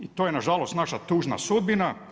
I to je na žalost naša tužna sudbina.